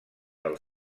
del